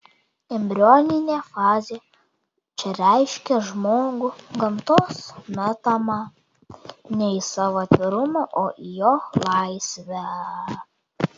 embrioninė fazė čia reiškia žmogų gamtos metamą ne į savo atvirumą o į jo laisvę